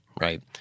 Right